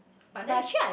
but then